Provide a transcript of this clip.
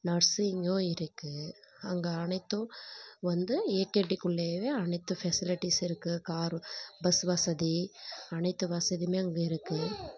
நர்சிங்கும் இருக்கு அங்கே அனைத்தும் வந்து ஏகேடிக்குள்ளையவே அனைத்து ஃபெசிலிட்டிஸும் இருக்கு காரு பஸ் வசதி அனைத்து வசதியுமே அங்கே இருக்கு